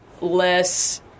less